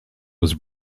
was